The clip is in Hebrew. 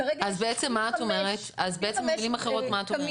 אז בעצם במילים אחרות, מה את אומרת?